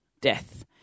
death